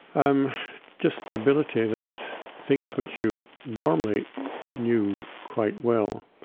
um just the ability that things which you normally knew quite well,